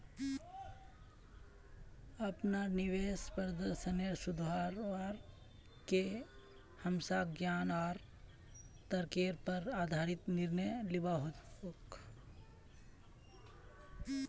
अपनार निवेश प्रदर्शनेर सुधरवार के हमसाक ज्ञान आर तर्केर पर आधारित निर्णय लिबा हतोक